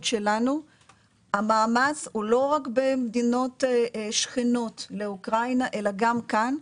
שלנו המעמס הוא לא רק במדינות שכנות לאוקראינה אלא גם כאן,